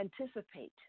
anticipate